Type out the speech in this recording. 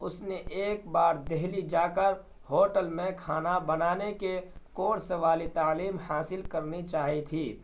اس نے ایک بار دہلی جا کر ہوٹل میں کھانا بنانے کے کورس والی تعلیم حاصل کرنی چاہی تھی